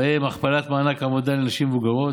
ובהם: הכפלת מענק עבודה לנשים מבוגרות,